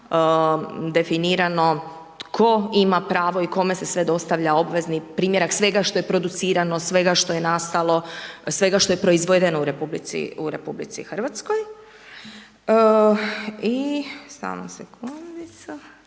definirano tko ima pravo i kome se sve dostavlja obvezni primjerak svega što je producirano, svega što je nastalo, svega što je proizvedeno u RH. I ono što smatramo i